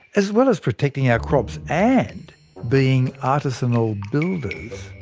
as well as protecting our crops and being artisanal builders,